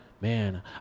Man